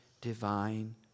divine